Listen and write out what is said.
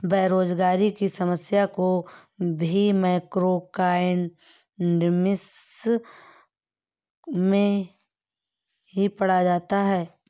बेरोजगारी की समस्या को भी मैक्रोइकॉनॉमिक्स में ही पढ़ा जाता है